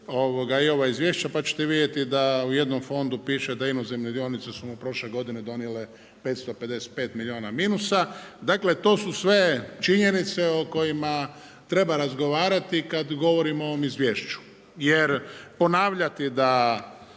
i ova izvješća pa ćete vidjeti da u jednom fondu piše da inozemne dionice su mu prošle godine donijele 555 milijuna minusa. Dakle to su sve činjenice o kojima treba razgovarati kada govorimo o ovom izvješću jer ponavljati da